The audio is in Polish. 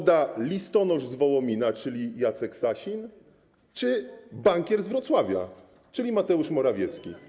odda listonosz z Wołomina, czyli Jacek Sasin, czy bankier z Wrocławia, czyli Mateusz Morawiecki?